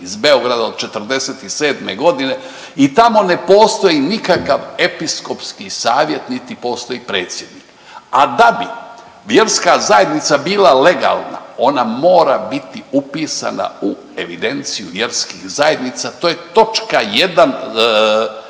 iz Beograda od '47. g. i tamo ne postoji nikakav episkopski savjet niti postoji predsjednik, a da bi vjerska zajednica bila legalna, ona mora biti upisana u evidenciju vjerskih zajednica, to je točka 1 Zakona